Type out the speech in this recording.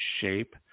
shape